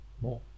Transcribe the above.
more